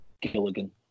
Gilligan